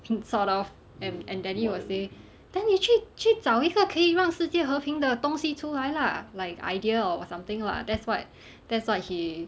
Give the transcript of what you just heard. sort of and and daddy will say then 你去去找一个可以让世界和平的东西出来 lah like a idea or something lah that's what that's what he